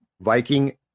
Viking